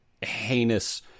heinous